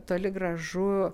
toli gražu